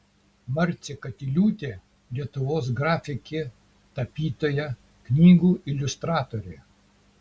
marcė katiliūtė lietuvos grafikė tapytoja knygų iliustratorė